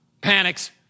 panics